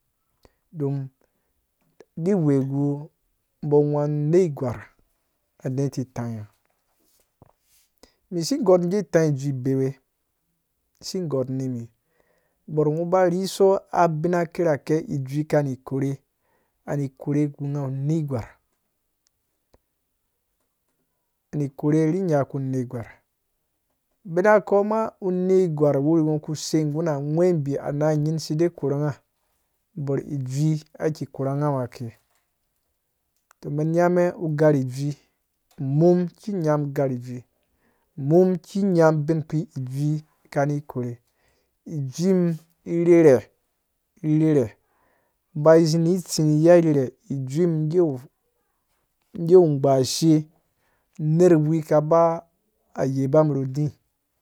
Don di we gu bɔ gwãnu negwar ade titãi si gor gee tãi jui bewe si gor nimi bor ngho ba rhiso abin kirake ijui kani ki korhe ani korhe gee nigha wu negwar ni korhe ri nyaku negwar bina koma unegwa wuwi ngho ku sei guna unghwembi ana nying sie kurungha bor ijui nghaki korhangha ngho ake to men nyamen ugar ijui umum ki nyam gar ijui umum ki nyam ubin kpi iju kani korhe ijui mum irhere irhere ba zi ni tsi ni ya rhere ijui mum gee wu gbashe nerwi kaba yeba rudi